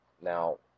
Now